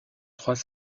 trois